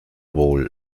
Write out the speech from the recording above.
wohl